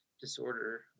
disorder